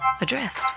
Adrift